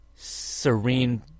Serene